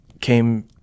came